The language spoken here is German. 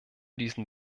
diesen